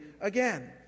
again